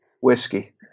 whiskey